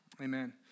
amen